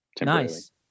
Nice